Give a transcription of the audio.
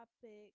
topic